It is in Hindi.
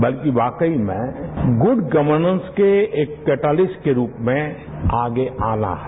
बल्कि वाकई में गुड गवनैस के एक केटेलिस्ट के रूप में आगे आना है